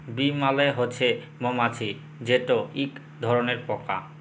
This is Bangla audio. বী মালে হছে মমাছি যেট ইক ধরলের পকা